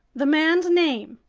the man's name!